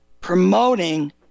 promoting